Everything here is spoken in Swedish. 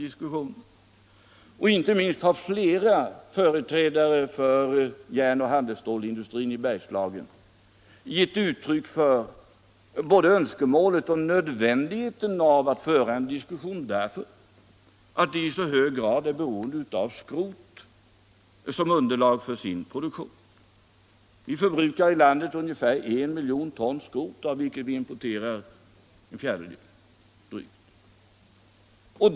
Inte minst har flera företrädare för järnoch handelsstålindustrin i Bergslagen givit uttryck för både önskemålet och nödvändigheten av att föra en diskussion därför att de i så hög grad är beroende av skrot som underlag för sin produktion. Vi förbrukar i landet ungefär 1 miljon ton skrot av vilket vi importerar ca en fjärdedel.